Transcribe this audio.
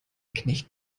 knecht